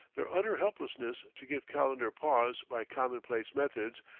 their utter helplessness to give calendar pause by commonplace methods,